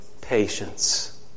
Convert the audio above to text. patience